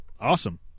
Awesome